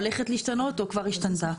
הולכת להשתנות או כבר השתנתה.